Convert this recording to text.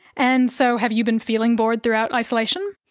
and so have you been feeling bored throughout isolation?